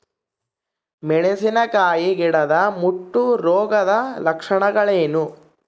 ಮೆಣಸಿನಕಾಯಿ ಗಿಡದ ಮುಟ್ಟು ರೋಗದ ಲಕ್ಷಣಗಳೇನು?